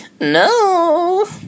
No